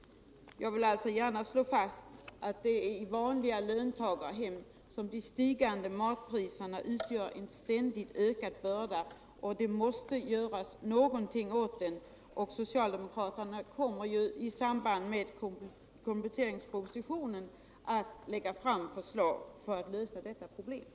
Jag vill alltså gärna slå fast att det är i vanliga löntagarhem som de stigande matpriserna utgör en ständigt ökad börda, och det måste göras något åt detta. Vi socialdemokrater kommer ju i samband med kompletteringspropositionen att aktualisera förslag för att lösa det här problemet.